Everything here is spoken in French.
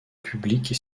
publique